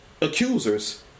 accusers